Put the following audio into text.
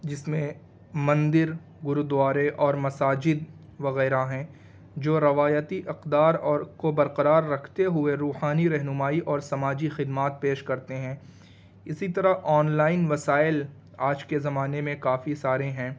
جس میں مندر گرودوارے اور مساجد وغیرہ ہیں جو روایتی اقدار اور کو برقرار رکھتے ہوئے روحانی رہنمائی اور سماجی خدمات پیش کرتے ہیں اسی طرح آن لائن وسائل آج کے زمانے میں کافی سارے ہیں